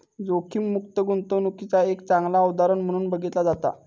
जोखीममुक्त गुंतवणूकीचा एक चांगला उदाहरण म्हणून बघितला जाता